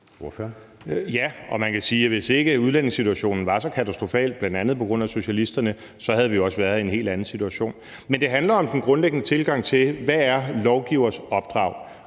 Ja, og man kan sige, at hvis ikke udlændingesituationen var så katastrofal, bl.a. på grund af socialisterne, så havde vi også været i en helt anden situation. Men det handler om den grundlæggende tilgang til, hvad lovgivers opdrag